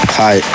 hi